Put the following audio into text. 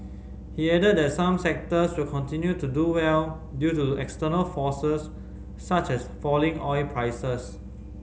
he added that some sectors will continue to do well due to external forces such as falling oil prices